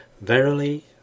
Verily